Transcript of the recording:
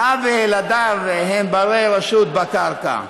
האב וילדיו הם בני-רשות בקרקע,